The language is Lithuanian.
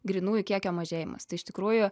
grynųjų kiekio mažėjimas tai iš tikrųjų